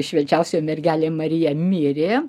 švenčiausioji mergelė marija mirė